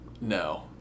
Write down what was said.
No